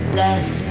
less